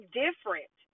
different